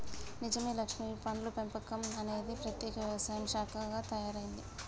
నిజమే లక్ష్మీ పండ్ల పెంపకం అనేది ప్రత్యేక వ్యవసాయ శాఖగా తయారైంది